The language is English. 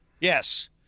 Yes